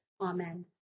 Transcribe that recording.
Amen